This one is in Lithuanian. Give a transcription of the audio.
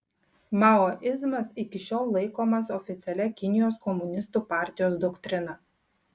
maoizmas iki šiol laikomas oficialia kinijos komunistų partijos doktrina